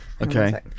Okay